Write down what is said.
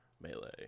melee